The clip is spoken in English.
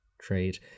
trade